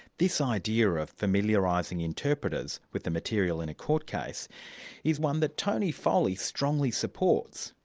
this idea of familiarising interpreters with the material in a court case is one that tony foley strongly supports,